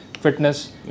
fitness